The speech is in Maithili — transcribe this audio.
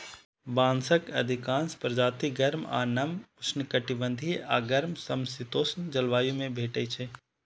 बांसक अधिकांश प्रजाति गर्म आ नम उष्णकटिबंधीय आ गर्म समशीतोष्ण जलवायु मे भेटै छै